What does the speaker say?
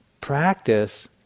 practice